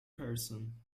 person